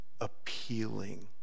appealing